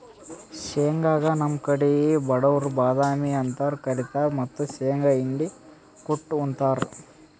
ಶೇಂಗಾಗ್ ನಮ್ ಕಡಿ ಬಡವ್ರ್ ಬಾದಾಮಿ ಅಂತ್ ಕರಿತಾರ್ ಮತ್ತ್ ಶೇಂಗಾ ಹಿಂಡಿ ಕುಟ್ಟ್ ಉಂತಾರ್